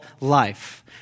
life